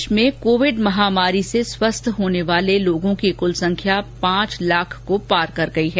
देश में कोविड महामारी से स्वस्थ होने वाले लोगों की कुल संख्या पांच लाख को पार कर गई है